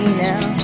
now